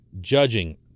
judging